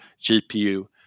GPU